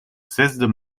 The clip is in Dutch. zesde